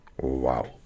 Wow